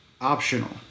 optional